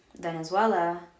Venezuela